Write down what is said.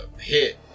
hit